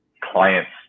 clients